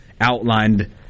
outlined